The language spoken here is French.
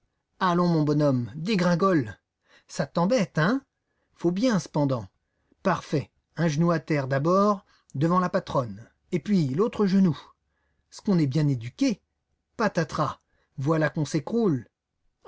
allons mon bonhomme dégringole ça t'embête hein faut bien cependant parfait un genou à terre d'abord devant la patronne et puis l'autre genou ce qu'on est bien éduqué patatras voilà qu'on s'écroule